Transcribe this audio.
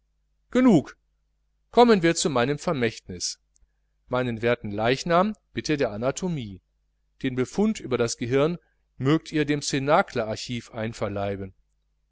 genug kommen wir zu meinem vermächtnis meinen werten leichnam bitte der anatomie den befund über das gehirn mögt ihr dem cnaclearchiv einverleiben